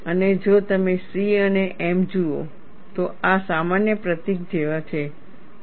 અને જો તમે C અને m જુઓ તો આ સામાન્ય પ્રતીકો જેવા છે